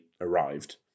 arrived